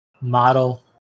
model